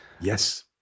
Yes